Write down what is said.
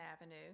Avenue